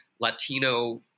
Latino